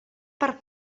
per